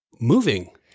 moving